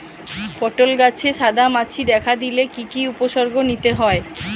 পটল গাছে সাদা মাছি দেখা দিলে কি কি উপসর্গ নিতে হয়?